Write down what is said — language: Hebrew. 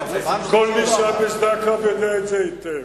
כל מי שהיה בשדה הקרב יודע את זה היטב.